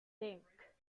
think